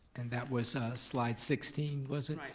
and that was slide sixteen was it?